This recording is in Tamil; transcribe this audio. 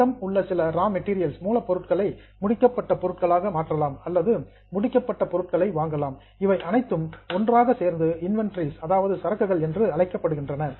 நம்மிடம் உள்ள சில ரா மெட்டீரியல் மூலப்பொருட்களை முடிக்கப்பட்ட பொருட்களாக மாற்றலாம் அல்லது ஃபின்னிஸ்ட் கூட்ஸ் முடிக்கப்பட்ட பொருட்களை வாங்கலாம் இவை அனைத்தும் ஒன்றாக சேர்ந்து இன்வெண்டரீஸ் சரக்குகள் என்று அழைக்கப்படுகின்றன